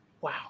Wow